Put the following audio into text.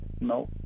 no